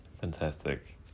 Fantastic